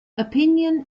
opinion